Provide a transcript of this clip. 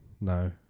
no